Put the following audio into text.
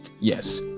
Yes